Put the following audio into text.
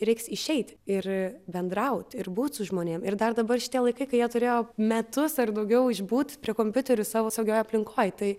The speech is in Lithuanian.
reiks išeit ir bendraut ir būt su žmonėm ir dar dabar šitie laikai kai jie turėjo metus ar daugiau išbūt prie kompiuterių savo saugioj aplinkoj tai